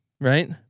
right